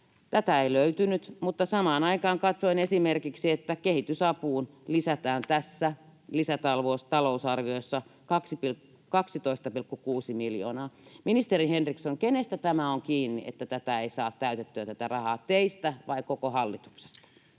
Tätä ei löytynyt, mutta katsoin esimerkiksi, että samaan aikaan kehitysapuun lisätään tässä lisätalousarviossa 12,6 miljoonaa. Ministeri Henriksson, kenestä tämä on kiinni, että tätä rahaa ei saa täytettyä, teistä vai koko hallituksesta?